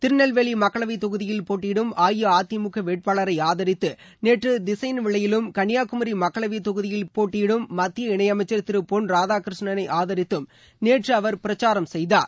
திருநெல்வேலிமக்களவைத் தொகுதியில் போட்டியிடும் அஇஅதிமுகவேட்பாளரைஆதரித்துநேற்றதிசையின்விளையிலும் கன்னியாகுமரிமக்களவைத் தொகுதியில் போட்டியிடும் மத்திய இணையமைச்சர் திருபொன் ராதாகிருஷ்ணனைஆதரித்தும் நேற்றுஅவர் பிரச்சாரம் செய்தார்